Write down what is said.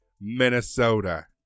Minnesota